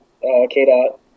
K-Dot